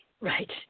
Right